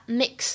mix